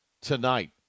tonight